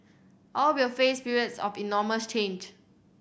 all will face periods of enormous change